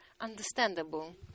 understandable